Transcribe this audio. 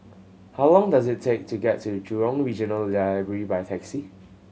how long does it take to get to Jurong Regional Library by taxi